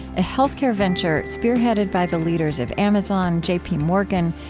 a healthcare venture spearheaded by the leaders of amazon, j p. morgan,